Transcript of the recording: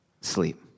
Sleep